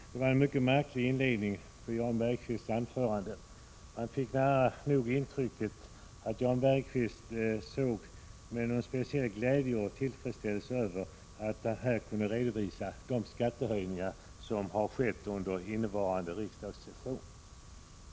Herr talman! Det var en mycket märklig inledning på Jan Bergqvists anförande. Man fick nära nog intrycket att Jan Bergqvist såg det med en speciell glädje och tillfredsställelse att han kunde redovisa de skattehöjningar som skett under innevarande riksmöte.